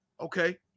okay